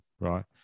right